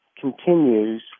continues